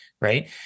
right